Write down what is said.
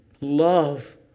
love